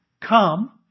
come